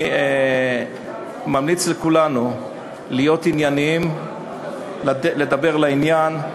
אני ממליץ לכולנו להיות ענייניים, לדבר לעניין,